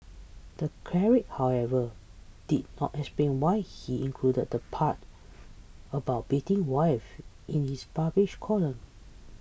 the cleric however did not explain why he included the part about beating wives in his published column